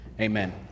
Amen